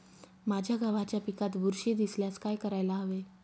माझ्या गव्हाच्या पिकात बुरशी दिसल्यास काय करायला हवे?